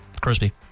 Crispy